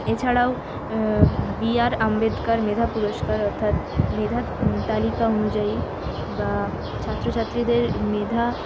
এছাড়াও বিআর আম্বেদকার মেধা পুরস্কার অর্থাৎ মেধা তালিকা অনুযায়ী বা ছাত্রছাত্রীদের মেধা